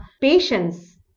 patience